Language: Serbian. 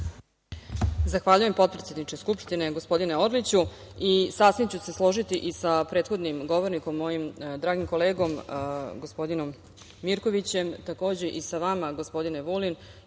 Zahvaljujem, potpredsedniče Skupštine gospodine Orliću. Sasvim ću se složiti i sa prethodnim govornikom, mojim dragim kolegom gospodinom Mirkovićem, takođe i sa vama gospodine Vulin,